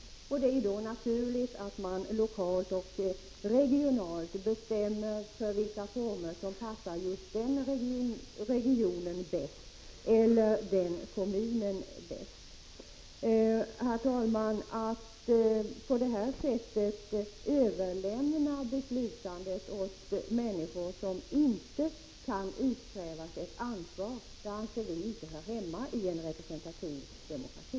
Det är då naturligt att man lokalt och regionalt bestämmer sig för vilka former som passar just den regionen eller kommunen bäst. Herr talman! Det här sättet att överlämna beslutandet åt människor som inte kan avkrävas ett ansvar anser vi inte hör hemma i en representativ demokrati.